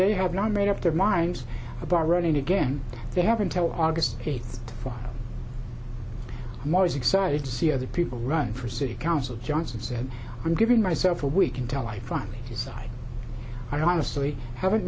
they have not made up their minds about running again they have until august eighth for most excited to see other people run for city council johnson said i'm giving myself a week until i finally decide i don't honestly haven't